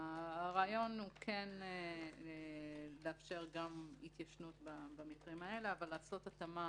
הרעיון הוא לאפשר גם התיישנות במקרים האלה אבל לעשות התאמה